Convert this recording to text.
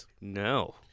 No